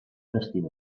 vestida